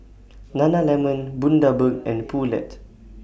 Nana Lemon Bundaberg and Poulet